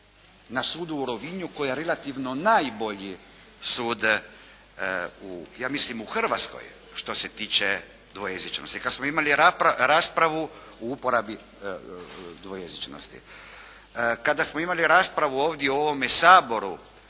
na sudu u Rovinju koji je relativno najbolji sud u ja mislim u Hrvatskoj što se tiče dvojezičnosti. Kada smo imali raspravi o uporabi dvojezičnosti. Kada smo imali raspravu ovdje u ovom Saboru